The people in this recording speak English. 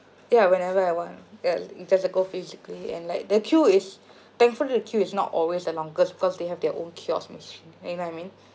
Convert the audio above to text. yeah whenever I want yeah just to go physical and like the queue is thankfully the queue is not always the longest because they have their own kiosk is you know what I mean